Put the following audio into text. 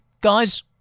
guys